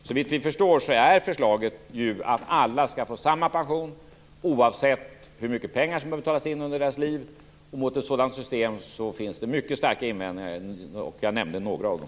Såvitt vi förstår är förslaget att alla skall få samma pension, oavsett hur mycket pengar som betalas in under deras liv. Mot ett sådant system finns det mycket starka invändningar. Jag nämnde några av dem.